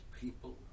people